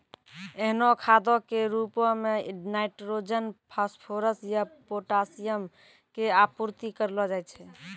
एहनो खादो के रुपो मे नाइट्रोजन, फास्फोरस या पोटाशियम के आपूर्ति करलो जाय छै